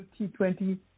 T20